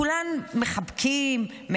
כולם מחבקים אותם,